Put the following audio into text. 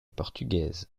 portugaise